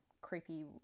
creepy